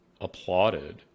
applauded